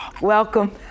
Welcome